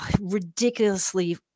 ridiculously